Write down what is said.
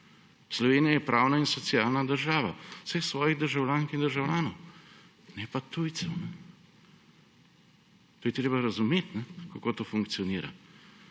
Slovenija je torej demokratična republika vseh svojih državljank in državljanov, ne tujcev. To je treba razumeti, kako to funkcionira.